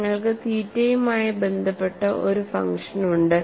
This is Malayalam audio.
നിങ്ങൾക്ക് തീറ്റയുമായി ബന്ധപ്പെട്ട ഒരു ഫംഗ്ഷൻ ഉണ്ട്